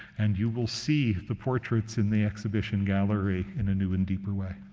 and you will see the portraits in the exhibition gallery in a new and deeper way.